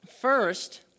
first